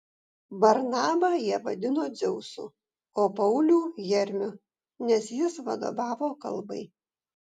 barnabą jie vadino dzeusu o paulių hermiu nes jis vadovavo kalbai